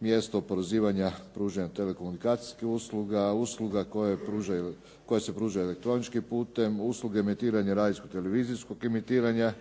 mjesto oporezivanja pružanja telekomunikacijskih usluga, usluga koje se pružaju elektroničkim putem, usluge emitiranja radijsko-televizijskog emitiranja